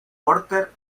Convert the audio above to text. porter